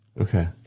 Okay